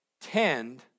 tend